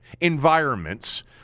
environments